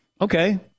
Okay